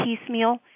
piecemeal